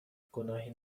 گناهی